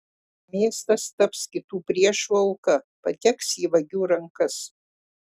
miestas taps kitų priešų auka pateks į vagių rankas